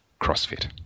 CrossFit